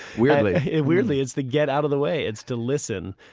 weirdly weirdly, it's to get out of the way, it's to listen.